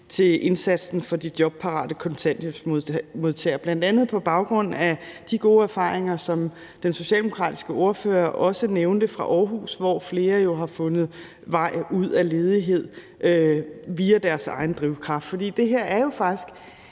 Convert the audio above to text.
for indsatsen for de jobparate kontanthjælpsmodtagere, bl.a. på baggrund af de gode erfaringer, som den socialdemokratiske ordfører også nævnte, fra Aarhus, hvor flere jo har fundet vej ud af ledighed ved egen drivkraft. Det her er jo faktisk